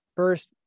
First